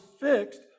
fixed